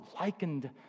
likened